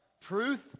truth